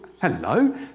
Hello